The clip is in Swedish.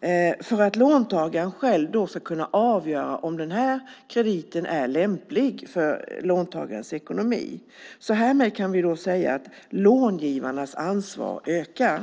som det står i förslaget, för att låntagaren själv ska kunna avgöra om krediten är lämplig för låntagarens ekonomi. Härmed kan vi säga att långivarnas ansvar ökar.